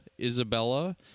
Isabella